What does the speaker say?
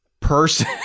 person